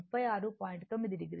9 o